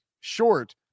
short